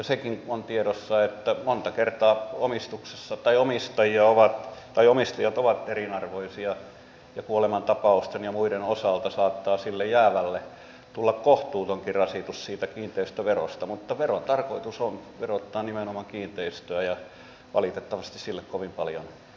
sekin on tiedossa että monta kertaa omistuksessa tai omistajia ovat tai omistajat ovat eriarvoisia ja kuolemantapausten ja muiden osalta saattaa sille jäävälle tulla kohtuutonkin rasitus siitä kiinteistöverosta mutta veron tarkoitus on verottaa nimenomaan kiinteistöä ja valitettavasti sille kovin paljon ei voi mitään